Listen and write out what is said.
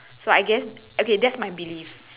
so I guess okay that's my believe